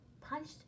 punched